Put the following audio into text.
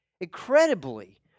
Incredibly